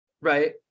Right